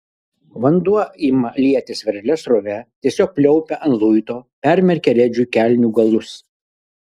vanduo ima lietis veržlia srove tiesiog pliaupia ant luito permerkia redžiui kelnių galus